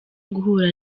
guhura